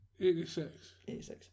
86